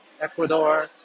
Ecuador